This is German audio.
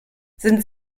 sind